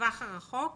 בטווח הרחוק